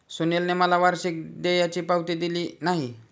सुनीलने मला वार्षिक देयाची पावती दिली नाही